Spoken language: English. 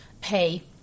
pay